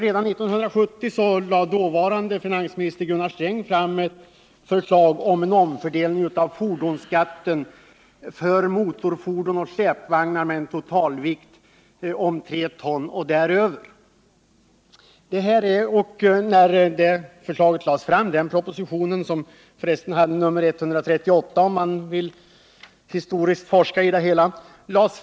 Redan 1970 lade dåvarande finansministern Gunnar Sträng fram ett förslag om en omfördelning av fordonsskatten för motorfordon och släpvagnar med en totalvikt om 3 ton och därutöver. Den propositionen hade nr 138, kan jag nämna för den som vill forska i det historiska.